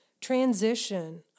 transition